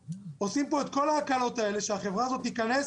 עושים פה את כל ההקלות האלה שהחברה הזאת תיכנס